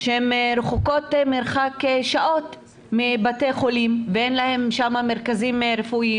שרחוקות מרחק שעות מבתי חולים ואין להן שם מרכזים רפואיים,